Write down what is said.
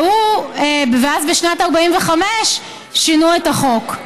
ואז בשנת 1945 שינו את החוק.